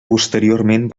posteriorment